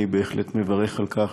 אני בהחלט מברך על כך,